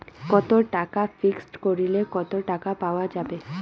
কত টাকা ফিক্সড করিলে কত টাকা পাওয়া যাবে?